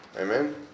Amen